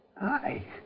Hi